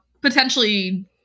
potentially